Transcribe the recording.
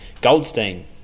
Goldstein